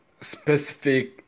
specific